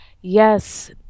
Yes